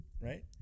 right